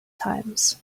times